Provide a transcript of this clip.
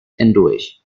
hindurch